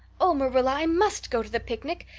oh, marilla, i must go to the picnic.